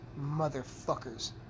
motherfuckers